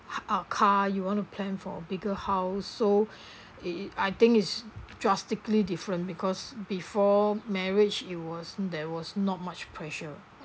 a car you want to plan for bigger house so it it I think is drastically different because before marriage it was there was not much pressure